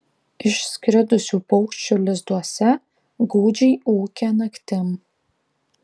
išskridusių paukščių lizduose gūdžiai ūkia naktim